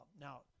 Now